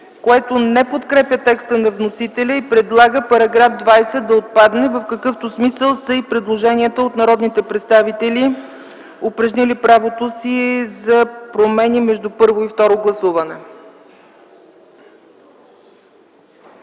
която не подкрепя текста на вносителя и предлага § 20 да отпадне, в какъвто смисъл са и предложенията от народните представители, упражнили правото си за промени между първо и второ гласуване.